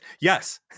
Yes